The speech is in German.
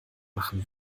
machen